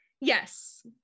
Yes